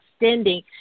extending